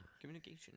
Communication